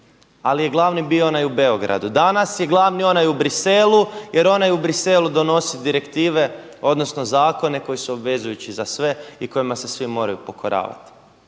Ali je glavni bio onaj u Beogradu. Danas je glavni onaj u Bruxellesu jer onaj u Bruxellesu donosi direktive odnosno zakone koji su obvezujući za sve i kojima se svi moraju pokoravati.